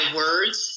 words